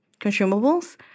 consumables